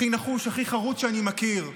הכי נחוש, הכי חרוץ שאני מכיר.